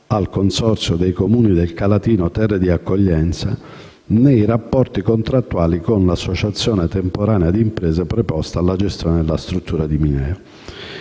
al Consorzio dei comuni «Calatino terra di accoglienza» nei rapporti contrattuali con l'associazione temporanea di imprese preposta alla gestione della struttura di Mineo.